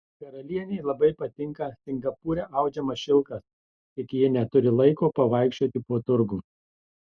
karalienei labai patinka singapūre audžiamas šilkas tik ji neturi laiko pavaikščioti po turgų